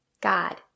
God